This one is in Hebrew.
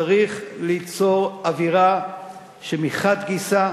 צריך ליצור אווירה שמחד גיסא,